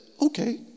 okay